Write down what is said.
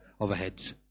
overheads